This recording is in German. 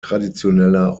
traditioneller